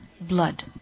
Blood